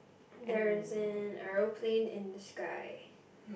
there is an aeroplane in the sky